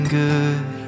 good